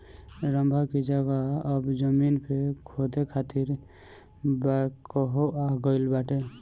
रम्भा की जगह अब जमीन के खोदे खातिर बैकहो आ गईल बाटे